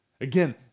Again